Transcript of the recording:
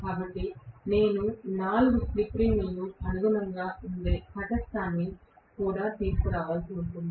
కాబట్టి నేను 4 స్లిప్ రింగులకు అనుగుణంగా ఉండే తటస్థాన్ని కూడా తీసుకురావాల్సి ఉంటుంది